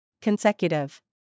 Consecutive